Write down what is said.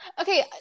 okay